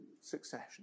succession